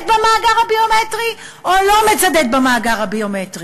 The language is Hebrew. במאגר הביומטרי או לא מצדד במאגר הביומטרי.